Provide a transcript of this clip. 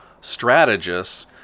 strategists